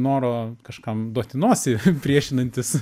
noro kažkam duot į nosį priešinantis